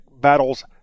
battles